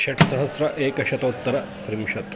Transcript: षट्सहस्रम् एकशतोत्तरत्रिंशत्